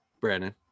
brandon